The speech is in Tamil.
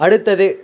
அடுத்தது